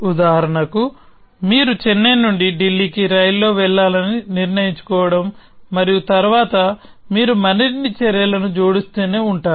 ఉదాహరణకు మీరు చెన్నై నుండి ఢిల్లీకి రైలు లో వెళ్లాలని నిర్ణయించుకోవడం మరియు తరువాత మీరు మరిన్ని చర్యలను జోడిస్తూనే ఉంటారు